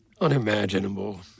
Unimaginable